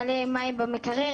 מלא מים במקרר,